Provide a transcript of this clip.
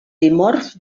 dimorf